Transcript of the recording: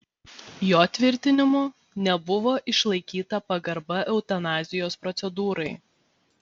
jo tvirtinimu nebuvo išlaikyta pagarba eutanazijos procedūrai